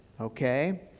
okay